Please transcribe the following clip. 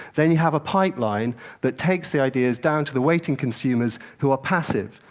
then you have a pipeline that takes the ideas down to the waiting consumers, who are passive.